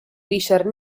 richard